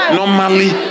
normally